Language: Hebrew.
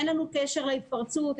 אין לנו קשר להתפרצות.